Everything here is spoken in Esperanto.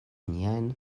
niajn